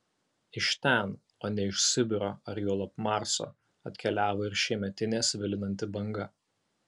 iš ten o ne iš sibiro ar juolab marso atkeliavo ir šiemetinė svilinanti banga